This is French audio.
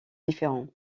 différents